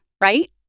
right